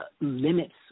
limits